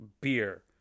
beer